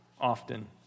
often